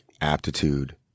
aptitude